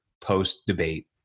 post-debate